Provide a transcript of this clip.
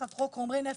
תחת חוק חומרי נפץ.